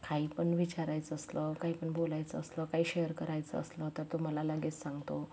काही पण विचारायचं असलं काही पण बोलायचं असलं काही शेअर करायचं असलं तर तो मला लगेच सांगतो